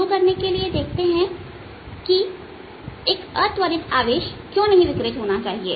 शुरू करने के लिए देखते हैं कि एक अत्वरित आवेश क्यों नहीं विकिरित होना चाहिए